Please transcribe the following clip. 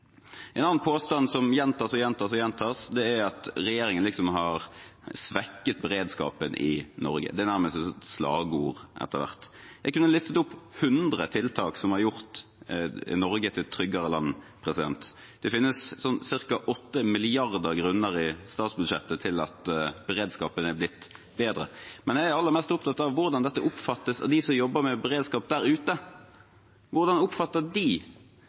En annen påstand som gjentas og gjentas, er at regjeringen har svekket beredskapen i Norge. Det er nærmest blitt et slagord etter hvert. Jeg kunne listet opp hundre tiltak som har gjort Norge til et tryggere land. Det finnes ca. 8 milliarder grunner i statsbudsjettet til at beredskapen er blitt bedre. Men jeg er aller mest opptatt av hvordan dette oppfattes av dem som jobber med beredskap der ute. Hvordan oppfatter de